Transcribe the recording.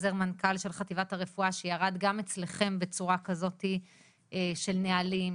חוזר מנכ"ל של חטיבת הרפואה שירד גם אצלכם בצורה כזאתי של נהלים,